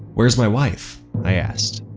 where's my wife? i asked.